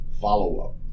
follow-up